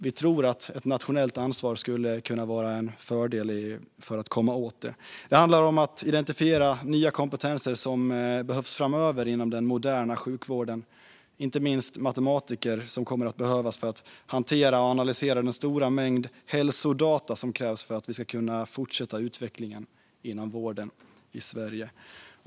Vi tror att ett nationellt ansvar skulle kunna vara en fördel när det gäller att komma åt detta. Det handlar också om att identifiera nya kompetenser som behövs framöver inom den moderna sjukvården. Det gäller inte minst matematiker, som kommer att behövas för att hantera och analysera den stora mängd hälsodata som krävs för att vi ska kunna fortsätta utvecklingen inom vården i Sverige.